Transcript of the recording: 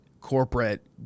corporate